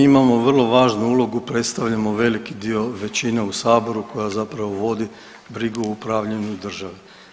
Mi imamo vrlo važnu ulogu, predstavljamo veliki dio većine u Saboru, koja zapravo vodi brigu o upravljanju države.